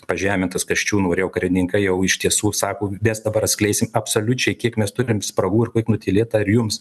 pažemintas kasčiūno ir jo karininkai jau iš tiesų sako mes dabar atskleisim absoliučiai kiek mes turim spragų ir kaip nutylėta ar jums